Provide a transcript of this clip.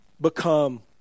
become